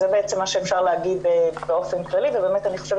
זה בעצם מה שאפשר להגיד באופן כללי ובאמת אני חושבת